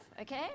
okay